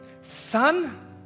son